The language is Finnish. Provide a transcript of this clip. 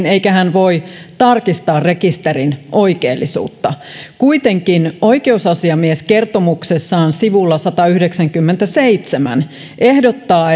eikä hän voi tarkistaa rekisterin oikeellisuutta kuitenkin oikeusasiamies kertomuksessaan sivulla satayhdeksänkymmentäseitsemän ehdottaa